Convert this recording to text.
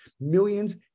millions